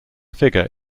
figure